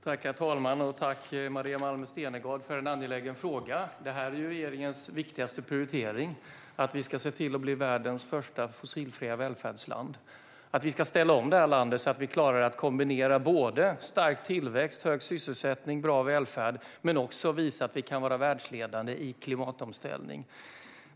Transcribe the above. Herr talman! Tack, Maria Malmer Stenergard, för en angelägen fråga! Det är regeringens viktigaste prioritering att se till att Sverige blir världens första fossilfria välfärdsland. Vi ska ställa om landet så att vi klarar att kombinera stark tillväxt, hög sysselsättning och bra välfärd samt visa att vi kan vara världsledande i klimatomställning.